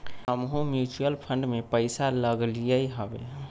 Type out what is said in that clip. हमहुँ mutual fund में पइसा लगइली हबे